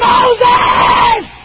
Moses